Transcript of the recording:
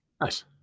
nice